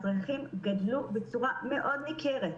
הצרכים גדלו בצורה מאוד ניכרת.